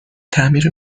تعمیر